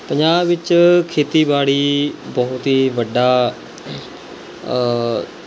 ਪੰਜਾਬ ਵਿੱਚ ਖੇਤੀਬਾੜੀ ਬਹੁਤ ਹੀ ਵੱਡਾ